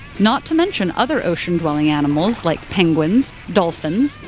not to mention other ocean-dwelling animals, like penguins, dolphins,